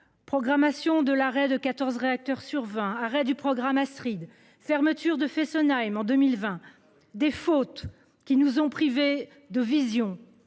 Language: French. Programmation de l'arrêt de 14 réacteurs sur 20 arrêt du programme Astride fermeture de Fessenheim en 2020 des fautes qui nous ont privés de vision